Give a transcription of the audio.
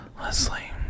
Leslie